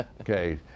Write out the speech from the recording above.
Okay